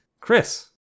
Chris